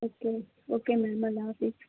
okay okay ma'am اللہ حافظ